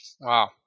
wow